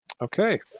Okay